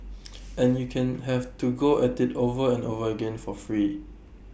and you can have to go at IT over and over again for free